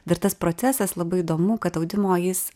dar tas procesas labai įdomu kad audimo jis